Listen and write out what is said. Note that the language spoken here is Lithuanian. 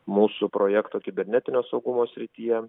mūsų projekto kibernetinio saugumo srityje